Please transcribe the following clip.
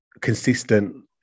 consistent